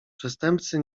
przestępcy